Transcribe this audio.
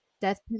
death